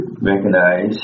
recognize